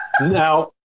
now